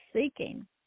seeking